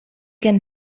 can